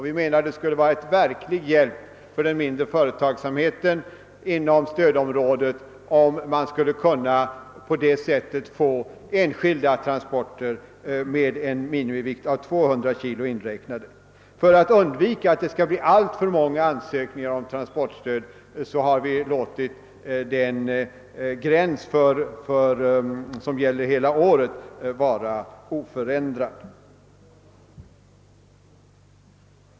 Vi menar att det skulle vara en verklig hjälp för den mindre företagsamheten inom stödområdet om man på detta sätt kunde få fraktstöd för enskilda transporter med en minimivikt av 200 kg. För att undvika alltför många ansökningar om transportstöd har vi föreslagit att den gräns som gäller skall vara oförändrad hela året.